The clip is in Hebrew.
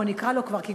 בוא נקרא לו כבר כך,